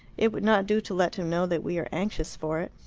it would not do to let him know that we are anxious for it.